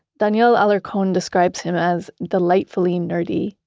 daniel alarcon describes him as delightfully nerdy.